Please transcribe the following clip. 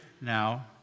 now